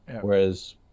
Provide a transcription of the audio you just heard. whereas